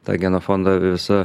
ta genofondo visa